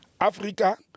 africa